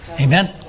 amen